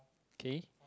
okay